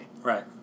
Right